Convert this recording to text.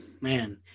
Man